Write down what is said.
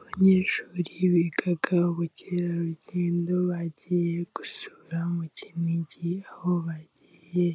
Abanyeshuri biga ubukerarugendo bagiye gusura mu Kinigi aho bagiye